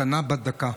המתנה בת דקה.